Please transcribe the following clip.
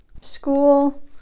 School